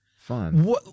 fun